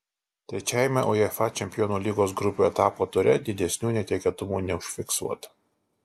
trečiajame uefa čempionų lygos grupių etapo ture didesnių netikėtumų neužfiksuota